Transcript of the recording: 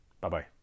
Bye-bye